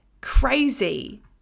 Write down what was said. Crazy